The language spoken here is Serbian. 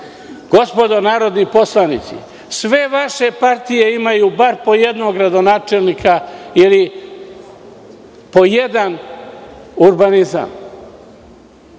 gradu. Gospodo narodni poslanici, sve vaše partije imaju bar po jednog gradonačelnika ili po jedan urbanizam.